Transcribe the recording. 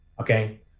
okay